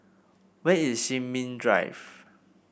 where is Sin Ming Drive